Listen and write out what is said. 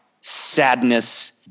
sadness